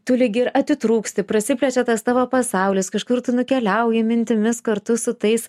tu lyg ir atitrūksti prasiplečia tas tavo pasaulis kažkur tu nukeliauji mintimis kartu su tais